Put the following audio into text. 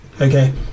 Okay